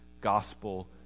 gospel